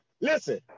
Listen